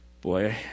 boy